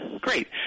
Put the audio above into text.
great